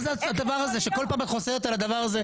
מה זה הדבר הזה שכל פעם את חוזרת על הדבר הזה?